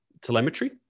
telemetry